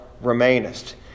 remainest